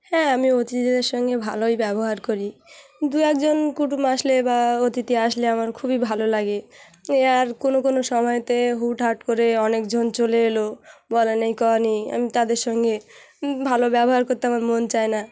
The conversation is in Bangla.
হ্যাঁ আমি অতিথিদের সঙ্গে ভালোই ব্যবহার করি দুএকজন কুটুম আসলে বা অতিথি আসলে আমার খুবই ভালো লাগে এ আর কোনো কোনো সময়তে হুটহাট করে অনেকজন চলে এল বলা নেই কওয়া নেই আমি তাদের সঙ্গে ভালো ব্যবহার করতে আমার মন চায় না